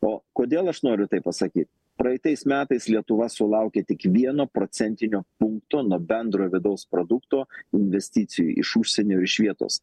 o kodėl aš noriu tai pasakyt praeitais metais lietuva sulaukė tik vieno procentinio punkto nuo bendrojo vidaus produkto investicijų iš užsienio ir iš vietos